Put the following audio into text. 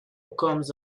comest